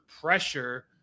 pressure